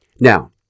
Now